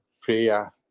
prayer